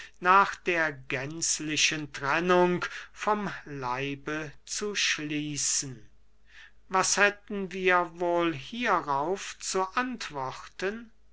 nach der gänzlichen trennung vom leibe zu schließen was hätten wir wohl hierauf zu antworten